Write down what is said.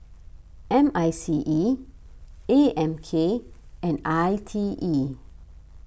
M I C E A M K and I T E